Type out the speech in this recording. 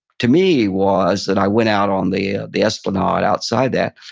to me, was that i went out on the ah the esplanade outside that,